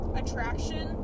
attraction